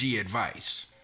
advice